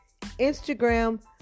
Instagram